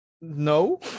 no